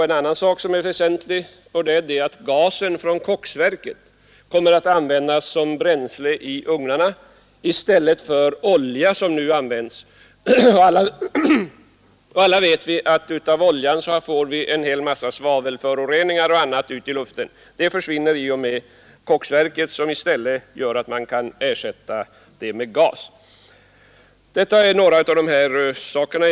En annan väsentlig sak är att gasen från koksverket kommer att användas som bränsle i ugnarna i stället för olja, som nu används. Som alla vet ger oljan bl.a. upphov till en mängd svavelföroreningar i luften. Sådana kommer nu inte längre att förorsakas genom koksgasen. Detta är några av de saker man kan peka på i detta sammanhang.